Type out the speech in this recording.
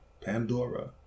Pandora